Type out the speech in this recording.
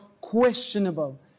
questionable